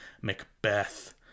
Macbeth